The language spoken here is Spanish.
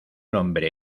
nombre